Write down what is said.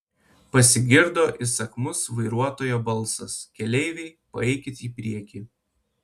pasigirdo įsakmus vairuotojo balsas keleiviai paeikit į priekį